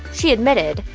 she admitted,